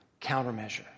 countermeasure